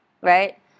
right